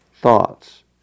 thoughts